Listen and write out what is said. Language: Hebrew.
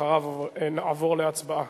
אחריו נעבור להצבעה.